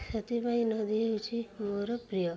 ସେଥିପାଇଁ ନଦୀ ହେଉଛି ମୋର ପ୍ରିୟ